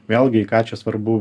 vėlgi į ką čia svarbu